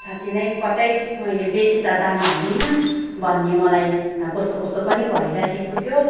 साँच्चै नै कतै मैले बेसी त दाम हालिनँ भन्ने मलाई कस्तो कस्तो पनि भइराखेको थियो